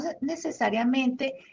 necesariamente